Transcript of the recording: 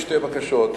בקשות: